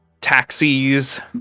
taxis